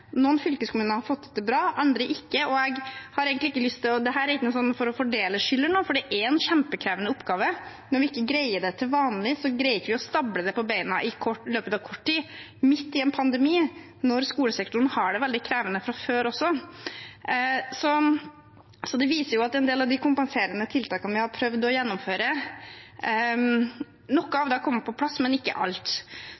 Noen fylkeskommuner har fått det bra til, andre ikke – og dette er ikke for å fordele skyld, for det er en kjempekrevende oppgave. Når vi ikke greier det til vanlig, så greier vi ikke å stable det på beina i løpet av kort tid, midt i en pandemi, når skolesektoren også har det veldig krevende fra før. Det viser at av de kompenserende tiltakene vi har prøvd å gjennomføre, har noe av